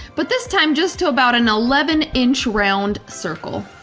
but this time just to about an eleven inch round circle.